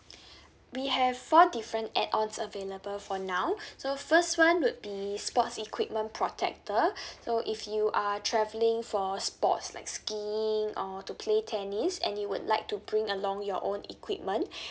we have four different add ons available for now so first one would be sports equipment protector so if you are travelling for sports like skiing or to play tennis and you would like to bring along your own equipment